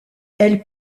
elle